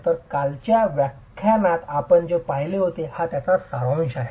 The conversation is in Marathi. तर कालच्या व्याख्यानात आपण जे पाहिले होते त्याचा हा सारांश आहे